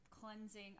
cleansing